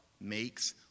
makes